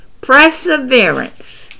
Perseverance